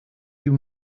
you